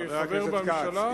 כחבר בממשלה,